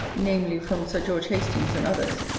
namely, from sir george hastings and others,